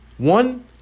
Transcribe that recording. One